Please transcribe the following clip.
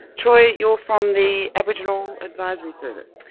troy, you're from the aboriginal advisory service?